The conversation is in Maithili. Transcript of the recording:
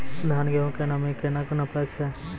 धान, गेहूँ के नमी केना नापै छै?